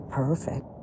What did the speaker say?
perfect